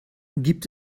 gibt